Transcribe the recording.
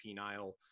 penile